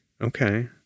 Okay